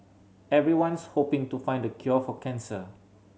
everyone's hoping to find the cure for cancer